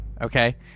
Okay